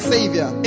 Savior